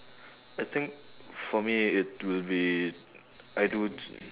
I think for me it will be I do